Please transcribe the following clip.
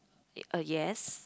ya uh yes